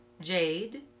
Jade